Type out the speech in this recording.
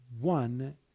one